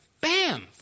Bam